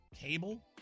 cable